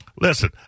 Listen